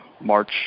March